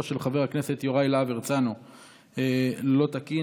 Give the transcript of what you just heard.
של חבר הכנסת יוראי להב הרצנו לא תקין,